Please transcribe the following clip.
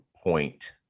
point